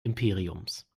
imperiums